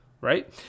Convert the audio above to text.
right